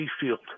field